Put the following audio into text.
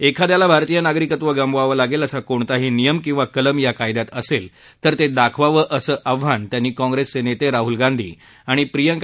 एखाद्याला भारतीय नागरित्व गमवावं लागेल असा कोणताही नियम किंवा कलम या कायद्यात असेल तर ते दाखवावं असं आवाहनही त्यांनी काँप्रेसचे नेते राहुल गांधी आणि प्रियंका गांधी यांना दिलं